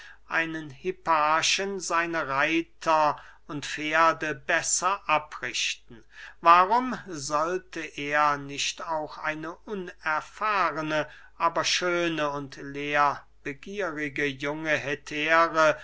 einen hipparchen seine reiter und pferde besser abrichten warum sollte er nicht auch eine unerfahrne aber schöne und lehrbegierige junge hetäre